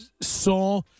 saw